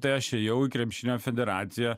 tai aš ėjau į krepšinio federacija